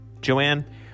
Joanne